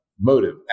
motive